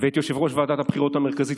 ואת יושב-ראש ועדת הבחירות המרכזית,